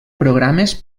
programes